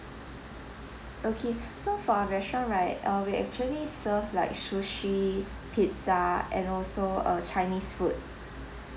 okay so for our restaurant right uh we actually serve like sushi pizza and also uh chinese food